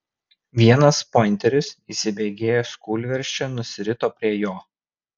vienas pointeris įsibėgėjęs kūlvirsčia nusirito prie jo